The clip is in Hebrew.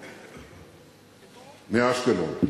מאשקלון,